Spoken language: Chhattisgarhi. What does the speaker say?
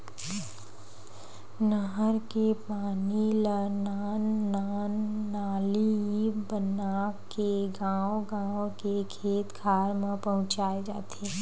नहर के पानी ल नान नान नाली बनाके गाँव गाँव के खेत खार म पहुंचाए जाथे